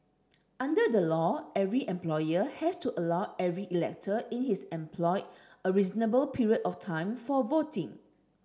under the law every employer has to allow every elector in his employ a reasonable period of time for voting